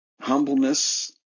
humbleness